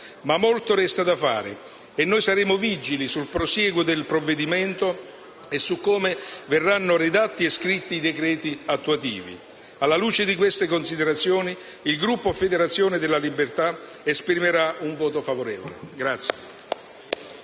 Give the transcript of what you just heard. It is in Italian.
Ma molto resta da fare e noi saremo vigili sul prosieguo del provvedimento e su come verranno redatti e scritti i decreti attuativi. Alla luce di queste considerazioni, il Gruppo Federazione della libertà esprimerà un voto favorevole.